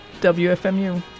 WFMU